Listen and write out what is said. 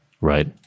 Right